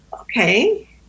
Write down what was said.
okay